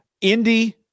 Indy